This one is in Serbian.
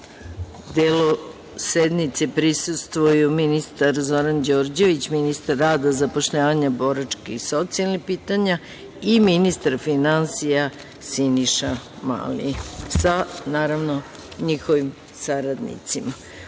delu sednice prisustvuju ministar Zoran Đorđević, ministar rada, zapošljavanja, boračkih i socijalnih pitanja i ministar finansija Siniša Mali, sa njihovim saradnicima. Nastavljamo